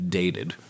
dated